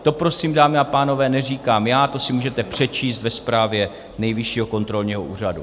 To prosím, dámy a pánové, neříkám já, to si můžete přečíst ve zprávě Nejvyššího kontrolního úřadu.